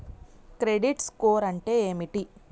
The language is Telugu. క్రెడిట్ స్కోర్ అంటే ఏమిటి?